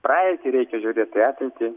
praeitį reikia žiūrėt į ateitį